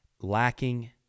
lacking